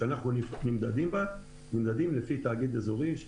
אנחנו נמדדים על פי תאגיד אזורי,